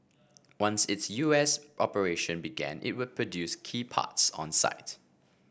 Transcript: once its U S operation began it would produce key parts on site